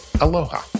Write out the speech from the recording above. aloha